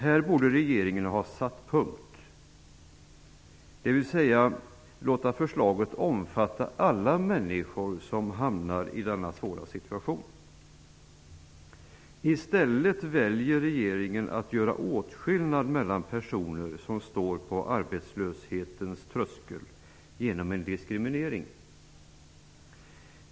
Här borde regeringen ha satt punkt, dvs. låtit förslaget omfatta alla människor som hamnar i denna svåra situation. I stället väljer regeringen att göra åtskillnad mellan personer som står på arbetslöshetens tröskel genom en diskriminering.